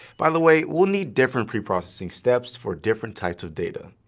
by the way, we'll need different preprocessing steps for different types of data.